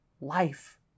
life